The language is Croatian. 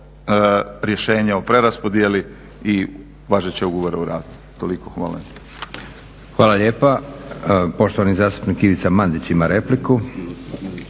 rješenje o preraspodjeli i važeće ugovore o radu. Toliko, hvala.